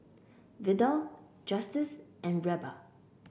Vidal Justice and Reba